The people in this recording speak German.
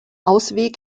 ausweg